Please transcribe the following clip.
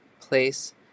place